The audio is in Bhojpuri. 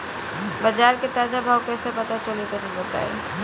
बाजार के ताजा भाव कैसे पता चली तनी बताई?